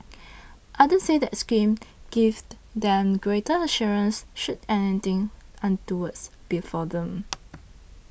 others said the scheme gave them greater assurance should anything untoward befall them